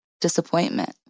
disappointment